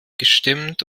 gestimmt